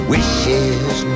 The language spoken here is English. Wishes